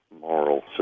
moral